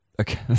Okay